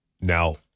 Now